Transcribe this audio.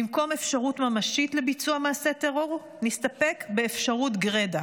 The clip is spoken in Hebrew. במקום אפשרות ממשית לביצוע מעשה טרור נסתפק באפשרות גרידא.